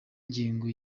ingengo